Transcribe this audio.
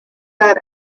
that